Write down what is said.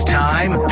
time